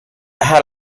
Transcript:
had